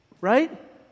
Right